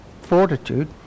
Fortitude